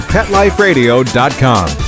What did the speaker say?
PetLifeRadio.com